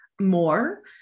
more